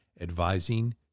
advising